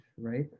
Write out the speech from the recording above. right